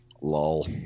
Lol